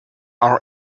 our